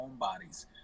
homebodies